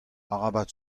arabat